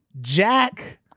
Jack